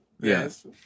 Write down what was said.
Yes